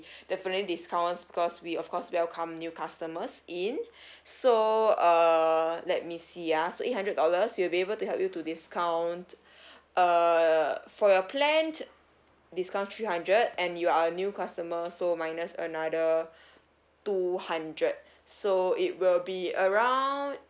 definitely discounts cause we of course welcome new customers in so uh let me see ah so eight hundred dollars we'll be able to help you to discount uh for your plan discount three hundred and you are a new customer so minus another two hundred so it will be around